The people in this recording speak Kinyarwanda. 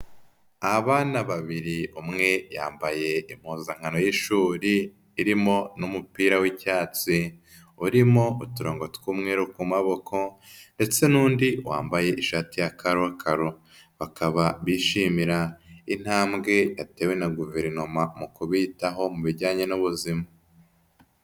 Abana babiri, umwe yambaye impuzankano y'ishuri irimo n'umupira w'icyatsi urimo uturongogo tw'umweru ku maboko ndetse n'undi wambaye ishati ya karokaro, bakaba bishimira intambwe yatewe na Guverinoma mu kubitaho mu bijyanye n'ubuzima.